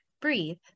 breathe